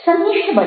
સંનિષ્ઠ બનો